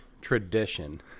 tradition